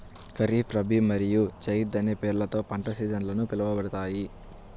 ఖరీఫ్, రబీ మరియు జైద్ అనే పేర్లతో పంట సీజన్లు పిలవబడతాయి